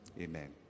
Amen